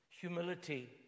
Humility